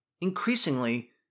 Increasingly